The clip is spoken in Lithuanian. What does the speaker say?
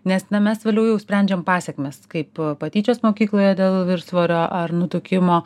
nes na mes vėliau jau sprendžiam pasekmes kaip patyčios mokykloje dėl viršsvorio ar nutukimo